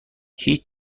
هیچ